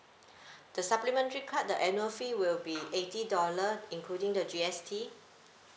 the supplementary card the annual fee will be eighty dollars including the G_S_T